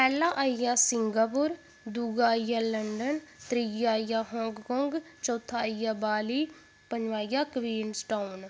पैह्ला आई गेआ सिंगापुर दूआ आई गेआ लंडन त्रीआ आई गेआ हॉंगकॉंग चौथा आई गेआ बाल्ली पंजमां आई गेआ क्वीनसटांग